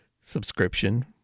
subscription